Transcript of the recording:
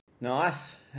Nice